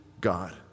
God